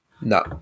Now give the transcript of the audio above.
no